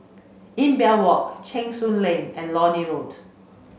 Imbiah Walk Cheng Soon Lane and Lornie Road